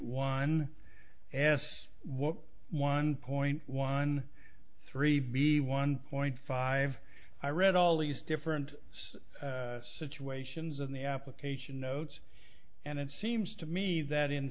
what one point one three b one point five i read all these different situations in the application notes and it seems to me that in